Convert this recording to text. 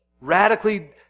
Radically